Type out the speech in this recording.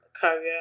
career